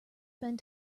spend